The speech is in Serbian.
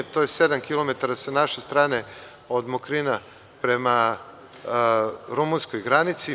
To je sedam kilometara sa naše strane, od Mokrina prema rumunskoj granici.